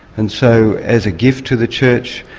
and so as a gift to the church.